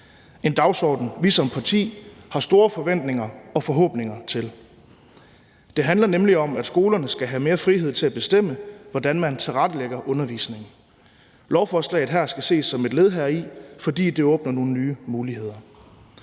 en dagsorden, vi som parti har store forventninger og forhåbninger til. Det handler nemlig om, at skolerne skal have mere frihed til at bestemme, hvordan de tilrettelægger undervisningen. Lovforslaget her skal ses som et led heri, fordi det åbner nogle nye muligheder.